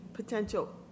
Potential